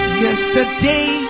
yesterday